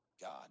God